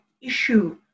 issue